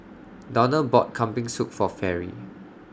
Donald bought Kambing Soup For Fairy